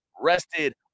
rested